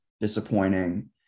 disappointing